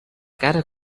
cara